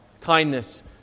Kindness